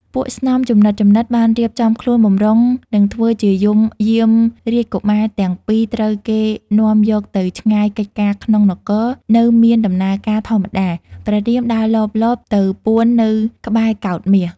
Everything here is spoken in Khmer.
ពួកស្នំជំនិតៗ បានរៀបចំខ្លួនបម្រុងនឹងធ្វើជាយំយាមរាជកុមារទាំងពីរត្រូវគេ នាំយកទៅឆ្ងាយកិច្ចការក្នុងនគរនៅមានដំណើរការធម្មតា ព្រះរាមដើរលបៗ ទៅពួននៅក្បែរកោដ្ឋមាស។